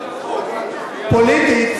פוליטית,